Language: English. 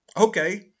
Okay